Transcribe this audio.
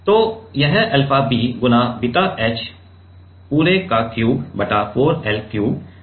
तो यह alpha B गुणा बीटा h पूरे का क्यूब बटा 4 L क्यूब बन जाएगा